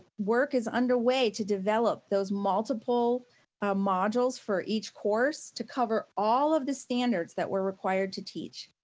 work is underway to develop those multiple ah modules for each course to cover all of the standards that we're required to teach.